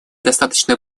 достаточно